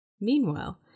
Meanwhile